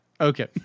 Okay